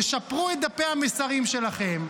תשפרו את דפי המסרים שלכם,